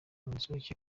w’urukiko